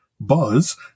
buzz